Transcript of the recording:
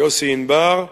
יוסי ענבר,